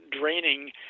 draining